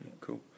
Cool